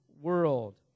world